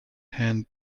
hand